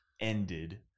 ended